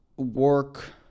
work